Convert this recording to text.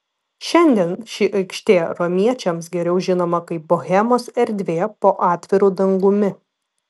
šiandien ši aikštė romiečiams geriau žinoma kaip bohemos erdvė po atviru dangumi